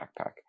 backpack